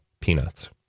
peanuts